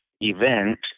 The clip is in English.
event